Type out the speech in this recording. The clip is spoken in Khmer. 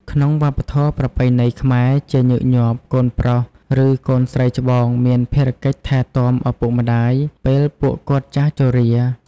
ក្នុងវប្បធម៌ប្រពៃណីខ្មែរ ជាញឹកញាប់កូនប្រុស ឬកូនស្រីច្បងមានភារកិច្ចថែទាំឪពុកម្តាយពេលពួកគាត់ចាស់ជរា។